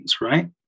right